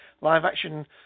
live-action